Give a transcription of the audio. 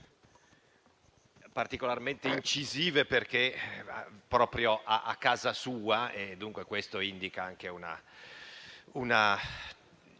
particolarmente incisive perché proprio a casa sua, e questo indica anche una